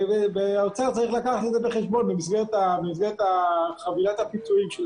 האוצר צריך לקחת את זה בחשבון במסגרת חבילת הפיצויים של